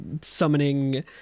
summoning